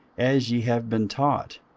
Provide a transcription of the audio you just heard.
as ye have been taught,